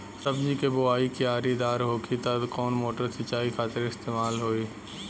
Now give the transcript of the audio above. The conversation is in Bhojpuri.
सब्जी के बोवाई क्यारी दार होखि त कवन मोटर सिंचाई खातिर इस्तेमाल होई?